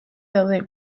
daude